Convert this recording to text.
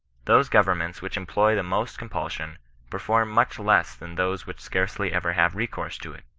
those govern ments which employ the most compulsion perform much less than those which scarcely ever have recourse to it.